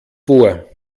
vor